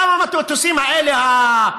כמה מהמטוסים האלה.